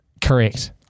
Correct